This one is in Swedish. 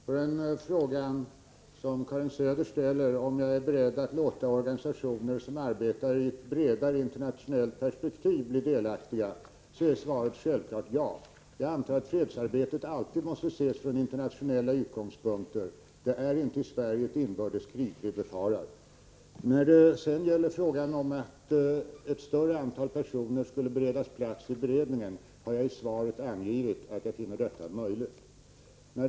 Fru talman! På Karin Söders fråga om jag är beredd att låta organisationer som arbetar i ett bredare internationellt perspektiv bli delaktiga är svaret självfallet ja. Jag antar att fredsarbetet alltid måste ses från internationella utgångspunkter. Vi befarar inte ett inbördeskrig i Sverige. När det sedan gäller frågan om att ett större antal personer skulle ges plats i beredningen har jag i mitt svar angivit att jag finner detta möjligt.